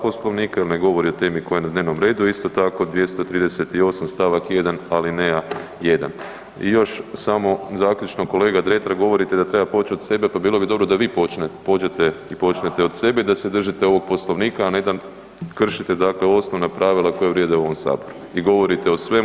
Poslovnika jer ne govori o temi koja je na dnevnom redu, a isto tako 238. st. 1. alineja 1. Još samo zaključno, kolega Dretar govorite da treba početi od sebe pa bi bilo dobro da vi pođete i počnete od sebe i da se držite ovog Poslovnika, a ne da kršite osnovna pravila koja vrijede u ovom Saboru i govorite o svemu.